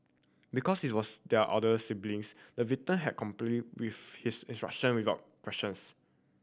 because he was their elder siblings the victim had complied with his instruction without questions